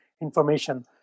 information